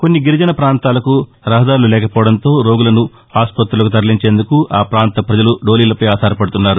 కొన్ని గిరిజన పాంతాలకు రహదారులు లేకపోవడంతో రోగులను ఆసుపుతులకు తరలించేందుకు ఆ ప్రాంత ప్రజలు డోలీలపై ఆధారపడుతున్నారు